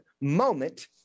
moment